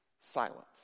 silence